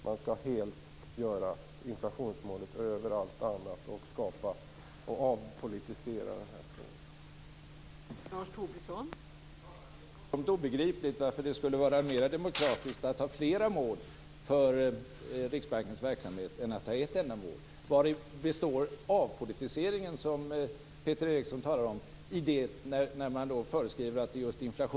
Man vill sätta inflationsmålet över allt annat och avpolitisera den här frågan.